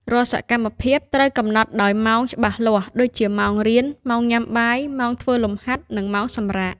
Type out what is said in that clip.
រាល់សកម្មភាពត្រូវកំណត់ដោយម៉ោងច្បាស់លាស់ ដូចជា ម៉ោងរៀន ម៉ោងញ៉ាំបាយ ម៉ោងធ្វើលំហាត់ និងម៉ោងសម្រាក។